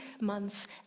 months